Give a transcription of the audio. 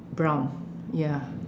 brown ya